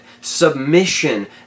submission